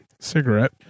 cigarette